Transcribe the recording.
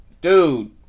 Dude